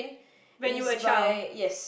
when you were a child